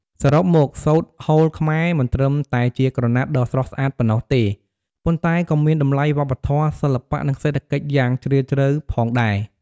សរុបមក សូត្រហូលខ្មែរ មិនត្រឹមតែជាក្រណាត់ដ៏ស្រស់ស្អាតប៉ុណ្ណោះទេ ប៉ុន្តែក៏មានតម្លៃវប្បធម៌ សិល្បៈ និងសេដ្ឋកិច្ចយ៉ាងជ្រាលជ្រៅផងដែរ។